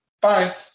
Bye